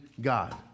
God